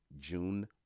june